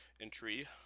entry